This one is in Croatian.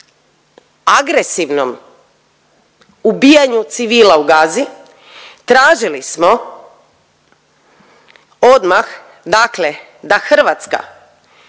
agresivnom ubijanju civila u Gazi tražili smo odmah dakle da Hrvatska